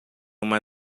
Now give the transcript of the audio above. uma